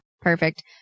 perfect